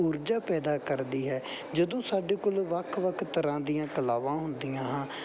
ਊਰਜਾ ਪੈਦਾ ਕਰਦੀ ਹੈ ਜਦੋਂ ਸਾਡੇ ਕੋਲ ਵੱਖ ਵੱਖ ਤਰ੍ਹਾਂ ਦੀਆਂ ਕਲਾਵਾਂ ਹੁੰਦੀਆਂ ਹਨ